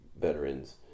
veterans